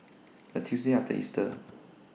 The Tuesday after Easter